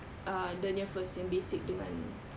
uh dia nya first yang basic dengan